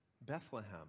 Bethlehem